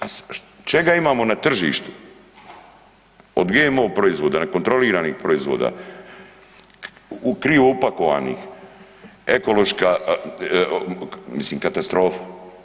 A čega imamo na tržištu? od GMO proizvoda, nekontroliranih proizvoda, krivo upakovanih, ekološka, mislim, katastrofa.